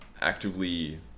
actively